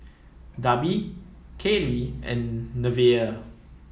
Darby Kailey and Nevaeh